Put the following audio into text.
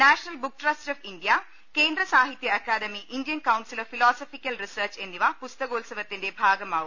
നാഷ ണൽ book trust of India Kendra Sahitya Akademi Indian council of philosophical research എന്നിവ പുസ്തകോത്സവത്തിന്റെ ഭാഗമാവും